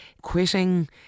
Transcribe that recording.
quitting